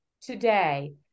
today